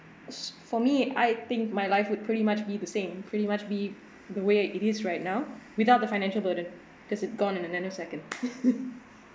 s~ for me I think my life would pretty much be the same pretty much be the way it is right now without the financial burden does it gone in a nanosecond